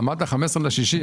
דיברת על ה-15 ביוני,